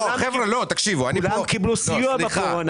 כולם קיבלו סיוע בקורונה.